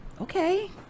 Okay